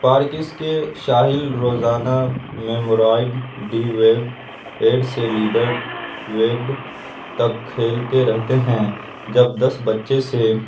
parks کے ساحل روزانہ میمورائڈ ڈی ویبڈ ایڈ سے لیڈر ویبڈ تک کھیلتے رہتے ہیں جب دس بجے سے